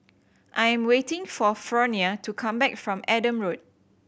I'm waiting for Fronia to come back from Adam Road